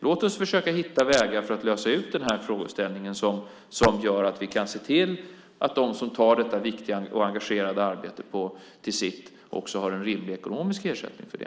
Låt oss försöka hitta vägar för att lösa ut den här frågeställningen som gör att vi kan se till att de som gör detta viktiga och engagerade arbete till sitt också har en rimlig ekonomisk ersättning för det.